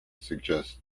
suggests